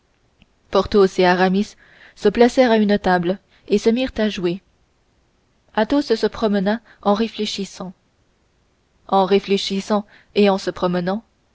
dés porthos et aramis se placèrent à une table et se mirent à jouer athos se promena en réfléchissant en réfléchissant et en se promenant